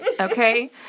Okay